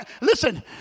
Listen